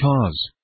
cause